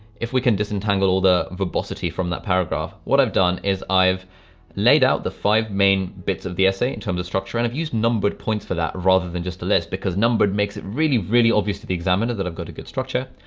if we can disentangle all the verbosity from that paragraph, what i've done is i've laid out the five main bits of the essay, in terms of structure and i've used numbered points for that rather than just a list because numbered makes it really really obvious to the examiner that i've got a good structure.